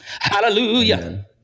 Hallelujah